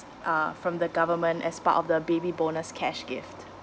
uh from the government as part of the baby bonus cash gift